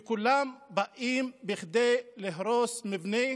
וכולם באים כדי להרוס מבנה